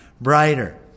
brighter